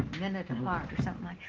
minute apart or something like